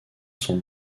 sont